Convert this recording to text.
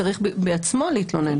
צריך בעצמו להתלונן.